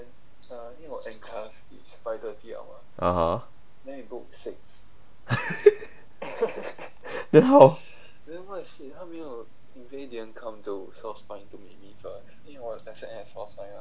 (uh huh) then how